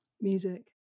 music